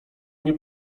nie